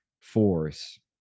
force